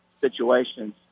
situations